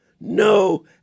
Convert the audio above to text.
No